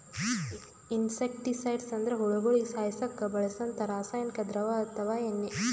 insecticides ಅಂದ್ರ ಹುಳಗೋಳಿಗ ಸಾಯಸಕ್ಕ್ ಬಳ್ಸಂಥಾ ರಾಸಾನಿಕ್ ದ್ರವ ಅಥವಾ ಎಣ್ಣಿ